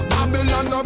Babylon